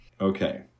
Okay